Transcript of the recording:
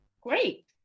Great